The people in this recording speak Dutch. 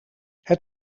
het